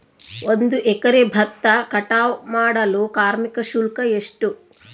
ಒಂದು ಎಕರೆ ಭತ್ತ ಕಟಾವ್ ಮಾಡಲು ಕಾರ್ಮಿಕ ಶುಲ್ಕ ಎಷ್ಟು?